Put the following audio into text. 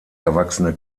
erwachsene